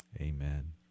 amen